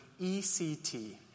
ECT